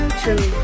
true